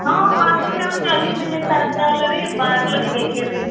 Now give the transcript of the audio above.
ಹಾಂ ಕಾಸ್ಟ್ಲಿನೇ ಅವರೀ ಅಲ್ಲಿಂದ ಇಲ್ಲಿಗೆ ತರಿಸ್ತೇವಲ್ಲ ರೀ ಮಾರ್ಲಿಕ್ಕೆ ಬೇಕೇ ರೀ